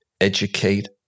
educate